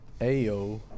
Ayo